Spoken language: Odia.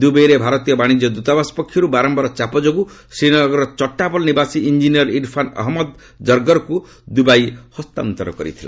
ଦୁବାଇରେ ଭାରତୀୟ ବାଣିଜ୍ୟ ଦୂତାବାସ ପକ୍ଷରୁ ବାରମ୍ଭାର ଚାପ ଯୋଗୁଁ ଶ୍ରୀନଗରର ଚଟାବଲ ନିବାସୀ ଇଞ୍ଜିନିୟର ଇରଫାନ୍ ଅହମ୍ମଦ ଜର୍ଗରକୁ ଦୁବାଇ ହସ୍ତାନ୍ତର କରିଥିଲା